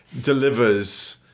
delivers